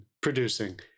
producing